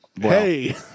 Hey